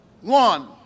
one